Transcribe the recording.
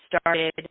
started